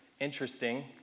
interesting